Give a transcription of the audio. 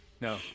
no